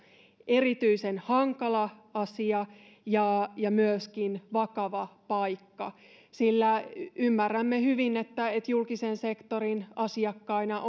erityisen hankala asia ja ja myöskin vakava paikka sillä ymmärrämme hyvin että että julkisen sektorin asiakkaina